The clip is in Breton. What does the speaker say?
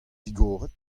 digoret